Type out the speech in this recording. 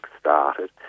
started